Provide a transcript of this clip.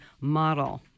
Model